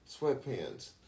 sweatpants